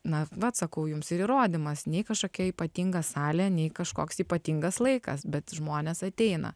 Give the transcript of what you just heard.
na vat sakau jums ir įrodymas nei kažkokia ypatinga salė nei kažkoks ypatingas laikas bet žmonės ateina